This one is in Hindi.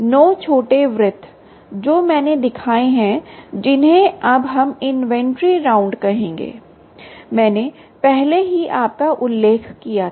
9 छोटे वृत्त जो मैंने दिखाए हैं जिन्हें अब हम इन्वेंट्री राउंड कहेंगे मैंने पहले ही आपका उल्लेख किया था